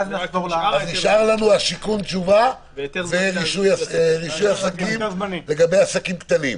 נשאר לנו בשיכון תשובה ורישוי עסקים לגבי עסקים קטנים.